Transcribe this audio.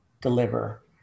deliver